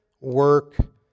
work